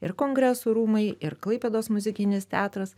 ir kongresų rūmai ir klaipėdos muzikinis teatras